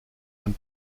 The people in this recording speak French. même